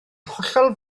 hollol